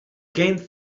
gained